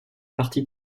parti